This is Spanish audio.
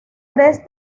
tres